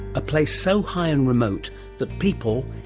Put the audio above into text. a place so high and remote that people,